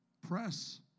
Press